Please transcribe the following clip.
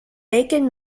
macon